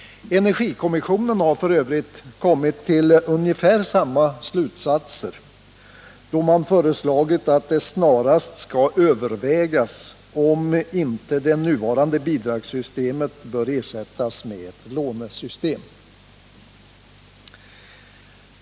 Energikommissionen har f. ö. kommit till ungefär samma slutsatser då man föreslagit att det snarast skall övervägas om inte det nuvarande bidragssystemet bör ersättas med ett lånesystem.